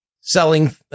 selling